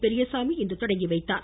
பெரியசாமி இன்று தொடங்கிவைத்தார்